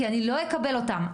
כי אני לא אקבל אותן.